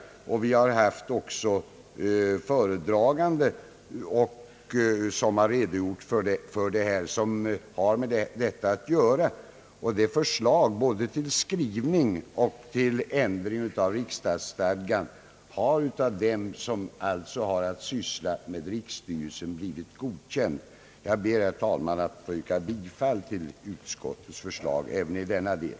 Vi har haft föredragningar i utskottet av personer som har att syssla med frågor rörande riksstyrelsen, och förslaget till riksdagsstadga har av dem godkänts. Jag ber, herr talman, att få yrka bifall till utskottets förslag även i denna del.